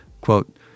quote